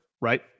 right